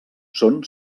són